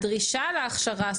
הדרישה להכשרה,